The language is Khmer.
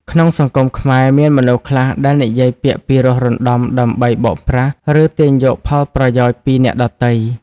ក្នុងសង្គមខ្មែរ មានមនុស្សខ្លះដែលនិយាយពាក្យពីរោះរណ្តំ ដើម្បីបោកប្រាស់ ឬទាញយកផលប្រយោជន៍ពីអ្នកដទៃ។